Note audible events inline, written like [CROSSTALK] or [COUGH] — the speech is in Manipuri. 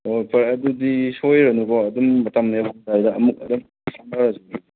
ꯍꯣꯏ ꯐꯔꯦ ꯑꯗꯨꯗꯤ ꯁꯣꯏꯔꯅꯨꯀꯣ ꯑꯗꯨꯝ ꯃꯇꯝ ꯌꯧꯔꯝꯗꯥꯏꯗ ꯑꯃꯨꯛ ꯍꯥꯏꯔꯛꯀꯦ [UNINTELLIGIBLE]